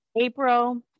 April